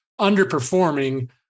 underperforming